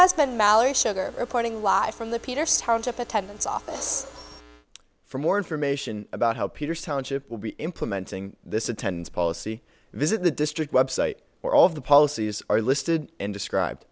has been mallory sugar reporting live from the peterson attendance office for more information about how peters township will be implementing this attends policy visit the district website where all of the policies are listed and described